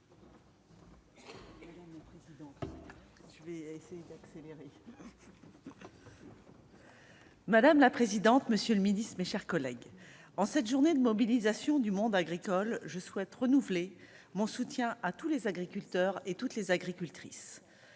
Madame la présidente, monsieur le midi c'est mes chers collègues, en cette journée de mobilisation du monde agricole, je souhaite renouveler mon soutien à tous les agriculteurs et toutes les agricultrices